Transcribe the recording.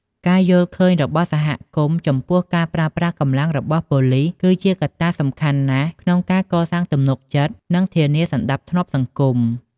ការយល់ឃើញរបស់សហគមន៍ចំពោះការប្រើប្រាស់កម្លាំងរបស់ប៉ូលីស គឺជាកត្តាសំខាន់ណាស់ក្នុងការកសាងទំនុកចិត្ត និងធានាសណ្តាប់ធ្នាប់សង្គម។